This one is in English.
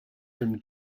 from